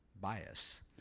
bias